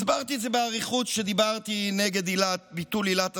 הסברתי את זה באריכות כשדיברתי נגד ביטול עילת הסבירות,